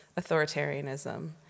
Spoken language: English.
authoritarianism